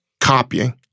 copying